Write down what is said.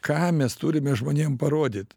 ką mes turime žmonėm parodyt